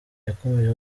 yakomeje